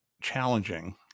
challenging